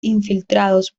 infiltrados